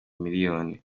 miliyoni